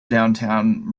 downtown